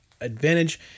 advantage